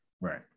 Right